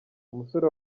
umusore